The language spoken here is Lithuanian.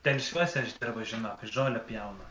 telšiuose aš dirba žinot žolę pjaunu